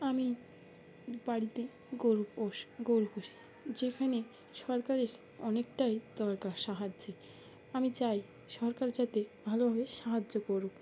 আমি বাড়িতে গোরু পোষ গোরু পুষি যেখানে সরকারের অনেকটাই দরকার সাহায্যের আমি চাই সরকার যাতে ভালোভাবে সাহায্য করুক